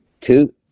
Two